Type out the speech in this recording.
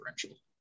differential